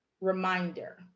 reminder